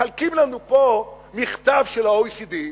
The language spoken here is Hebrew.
מחלקים לנו פה מכתב של ה-OECD,